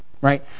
right